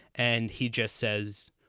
and he just says,